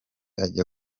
ajya